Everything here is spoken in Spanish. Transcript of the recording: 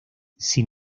sin